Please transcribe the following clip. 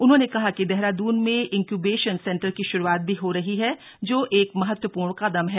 उन्होंने कहा कि देहरादून में इंक्यूबेशन सेंटर की शुरू त भी हो रही है जोह एक महत्वपूर्ण कदम है